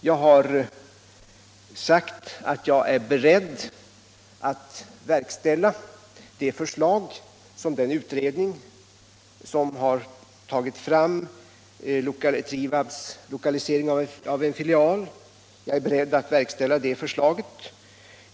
Jag har sagt att jag är beredd att verkställa förslaget från den utredning som föreslagit lokaliseringen av en filial till Trivab i Karlskrona.